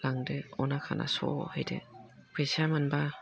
लांदो अना खाना स' हैदो फैसाया मोनबा